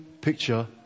picture